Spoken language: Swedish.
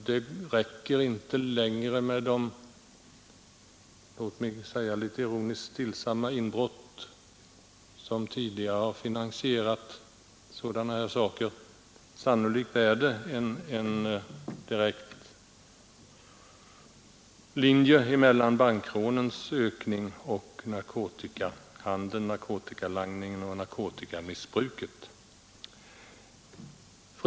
Det räcker inte längre med de — om jag skall uttrycka mig litet ironiskt — stillsamma inbrott som tidigare finansierat sådana här saker. Sannolikt är det en direkt linje mellan ökningen av antalet bankrån och narkotikahandeln och narkotikamissbruket.